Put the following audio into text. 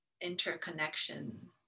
interconnection